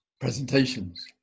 presentations